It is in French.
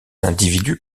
individu